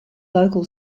local